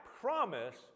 promise